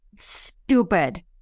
stupid